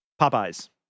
Popeye's